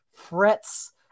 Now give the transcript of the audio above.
frets